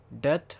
Death